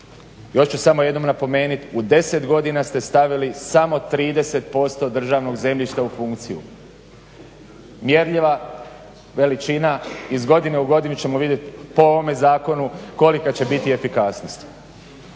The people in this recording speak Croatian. Još ću samo jednom napomenit, u 10 godina ste stavili samo 30% državnog zemljišta u funkciju. Mjerljiva veličina iz godine u godinu ćemo vidjet po ovome zakonu kolika će biti efikasnost.